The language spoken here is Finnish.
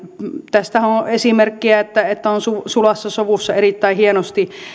tästähän on on esimerkkejä että että on sulassa sovussa erittäin hienosti